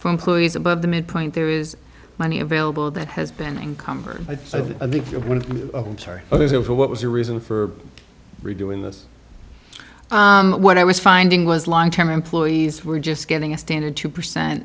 for employees above the midpoint there is money available that has been income for a story of what was the reason for doing this what i was finding was long term employees were just getting a standard two percent